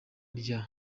rya